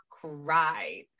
cried